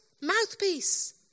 mouthpiece